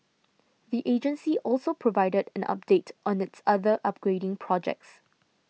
the agency also provided an update on its other upgrading projects